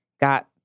got